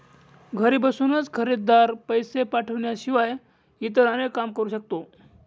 घरी बसूनच खरेदीदार, पैसे पाठवण्याशिवाय इतर अनेक काम करू शकतो